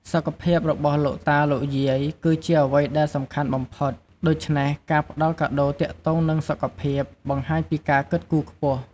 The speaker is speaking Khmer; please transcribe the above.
សុខភាពរបស់លោកតាលោកយាយ គឺជាអ្វីដែលសំខាន់បំផុត ដូច្នេះការផ្តល់កាដូរទាក់ទងនឹងសុខភាព បង្ហាញពីការគិតគូរខ្ពស់។